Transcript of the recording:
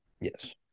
Yes